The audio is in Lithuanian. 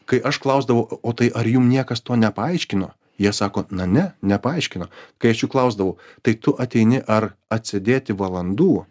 kai aš klausdavau o tai ar jum niekas to nepaaiškino jie sako na ne nepaaiškino kai aš jų klausdavau tai tu ateini ar atsėdėti valandų